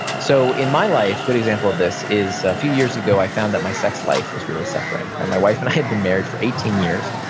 so in my life, a good example of this is a few years ago i found that my sex life was really suffering. and my wife and i had been married for eighteen years,